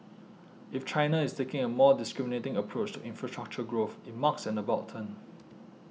if China is taking a more discriminating approach to infrastructure growth it marks an about turn